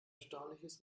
erstaunliches